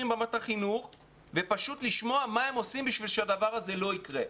במערכת החינוך ופשוט לשמוע מה הם עושים בשביל שהדבר הזה לא יקרה,